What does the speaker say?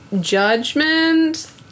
judgment